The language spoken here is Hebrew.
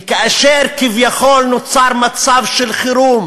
וכאשר כביכול נוצר מצב של חירום